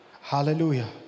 Hallelujah